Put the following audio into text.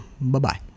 bye-bye